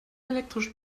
elektrisch